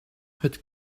het